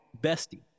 bestie